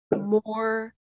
more